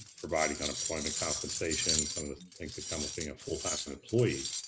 providing unemployment compensation, some of the things that come with being a full-time employee.